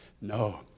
No